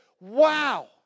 wow